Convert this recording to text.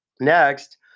Next